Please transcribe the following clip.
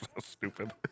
stupid